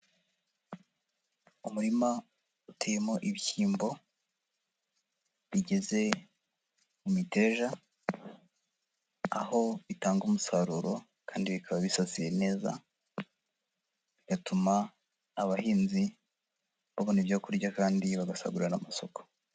Umurima uteyemo ibishyimbo bigeze mu miteja, aho bitanga umusaruro kandi bikaba bisasiye neza, bigatuma abahinzi babona ibyo kurya kandi bagasagurira n'amasoko.